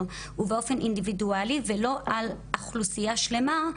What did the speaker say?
ובאופן אינדיבידואלי ולא על אוכלוסייה שלמה,